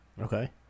Okay